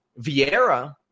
Vieira